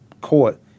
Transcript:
court